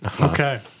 Okay